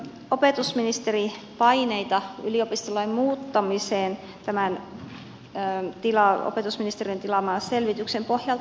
näkeekö opetusministeri paineita yliopistolain muuttamiseen tämän opetusministeriön tilaaman selvityksen pohjalta